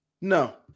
No